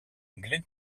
glenn